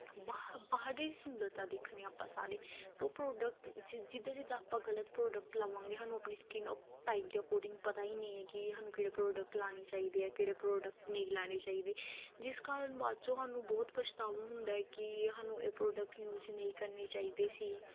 ਬਹਾ ਬਾਹਰੀ ਸੁੰਦਰਤਾ ਦੇਖਣੀ ਆਪਾਂ ਸਾਰੇ ਤਾਂ ਪ੍ਰੋਡਕਟ ਜਿ ਜਿੱਦਾਂ ਜਿੱਦਾਂ ਆਪਾਂ ਗਲਤ ਪ੍ਰੋਡਕਟ ਲਵਾਂਗੇ ਸਾਨੂੰ ਆਪਣੀ ਸਕਿੰਨ ਟਾਈਮ ਦੇ ਅਕੋਡਿੰਗ ਪਤਾ ਹੀ ਨਹੀਂ ਹੈਗੀ ਸਾਨੂੰ ਕਿਹੜੇ ਪ੍ਰੋਡਕਟ ਲੈਣੇ ਚਾਹੀਦੇ ਆ ਕਿਹੜੇ ਪ੍ਰੋਡਕਟ ਨਹੀਂ ਲੈਣੇ ਚਾਹੀਦੇ ਜਿਸ ਕਾਰਨ ਬਾਅਦ 'ਚੋਂ ਸਾਨੂੰ ਬਹੁਤ ਪਛਤਾਵਾ ਹੁੰਦਾ ਕਿ ਸਾਨੂੰ ਇਹ ਪ੍ਰੋਡਕਟ ਯੂਜ ਨਹੀਂ ਕਰਨੇ ਚਾਹੀਦੇ ਸੀ